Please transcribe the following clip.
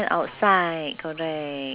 the normal prawn noodle